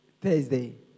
Thursday